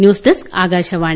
news desk Akashvani